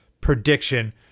prediction